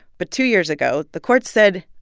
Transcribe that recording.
but two years ago, the court said,